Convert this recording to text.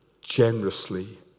generously